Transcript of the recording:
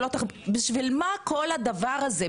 בשביל מה כל הדבר הזה?